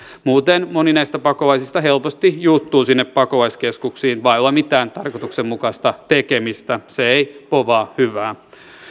muuten moni näistä pakolaisista helposti juuttuu sinne pakolaiskeskuksiin vailla mitään tarkoituksenmukaista tekemistä se ei povaa hyvää